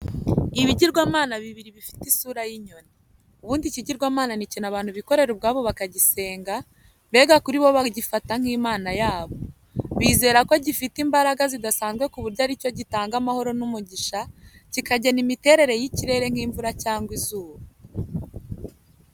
Ibigirwamana bibiri bifite isura y'inyoni. Ubundi ikigirwamana ni ikintu abantu bikorera ubwabo bakagisenga, mbega kuri bo bagifata nk'Imana yabo. Bizera ko gifite imbaraga zidasanzwe ku buryo ari cyo gitanga amahoro n'umugisha, kikagena imiterere y'ikirere nk'imvura cyangwa izuba.